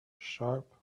sharp